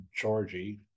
Georgie